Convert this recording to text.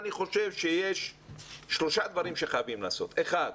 אני חושב שיש שלושה דברים שחייבים לעשות: אחד,